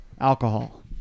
alcohol